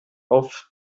auf